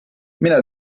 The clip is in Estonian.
mine